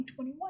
2021